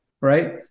right